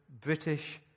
British